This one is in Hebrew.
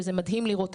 שזה מדהים לראות.